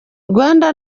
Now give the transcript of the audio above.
rwanda